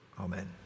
Amen